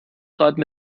gerade